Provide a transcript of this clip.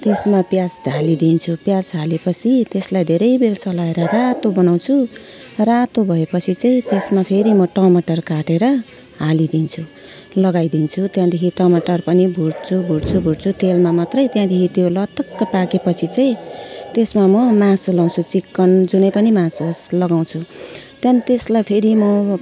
त्यसमा प्याज हालिदिन्छु प्याज हालेपछि त्यसलाई धेरै बेर चलाएर रातो बनाउँछु रातो भएपछि चाहिँ त्यसमा फेरि म टमाटर काटेर हालिदिन्छु लगाइदिन्छु त्यहाँदेखि टमाटर पनि भुट्छु भुट्छु भुट्छु तेलमा मात्रै त्यहाँदेखि त्यो लतक्क पाकेपछि चाहिँ त्यसमा म मासु लगाउँछु चिकन जुनै पनि मासु होस् लगाउँछु त्यहाँदेखि त्यसलाई फेरि म